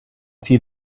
see